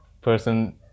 person